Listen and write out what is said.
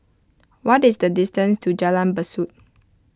what is the distance to Jalan Besut